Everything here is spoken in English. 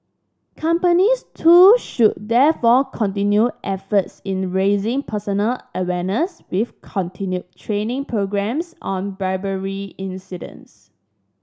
companies too should therefore continue efforts in raising personal awareness with continued training programmes on bribery incidents